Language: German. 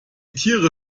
tiere